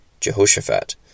Jehoshaphat